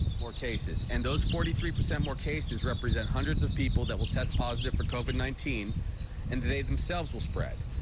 more cases. and those forty three percent more cases represent hundreds of people that will test positive for covid nineteen and they themselves will spread.